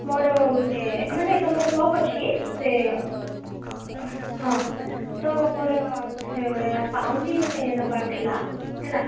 ମୋର ଗୋଟେ ମାନେ ତୁମର ସପ୍ ଅଛି କି ସେ ହଁ ତ ମୋର ସେ ଗୋଟେ ପାଉଁଜି ଗୋଟେ ନେବାର ଥିଲା ହେଲା